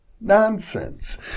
Nonsense